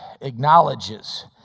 acknowledges